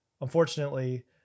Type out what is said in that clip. unfortunately